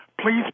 Please